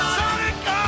Sonic